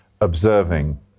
observing